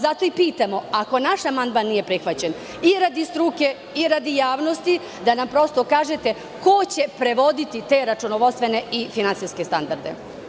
Zato vas i pitamo – ako naš amandman nije prihvaćen, i radi struke, a i radi javnosti, da nam prosto kažete ko će prevoditi te računovodstvene i finansijske standarde?